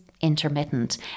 intermittent